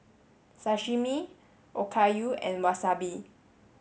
Sashimi Okayu and Wasabi